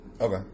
Okay